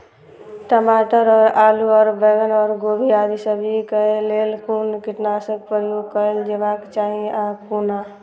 टमाटर और आलू और बैंगन और गोभी आदि सब्जी केय लेल कुन कीटनाशक प्रयोग कैल जेबाक चाहि आ कोना?